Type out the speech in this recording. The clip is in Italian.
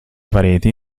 pareti